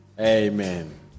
Amen